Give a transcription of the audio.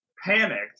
Panicked